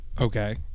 Okay